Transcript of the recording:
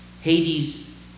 Hades